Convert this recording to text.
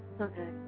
Okay